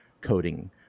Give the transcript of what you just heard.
coding